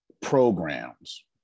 programs